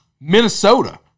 Minnesota